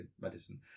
medicine